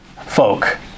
folk